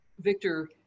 Victor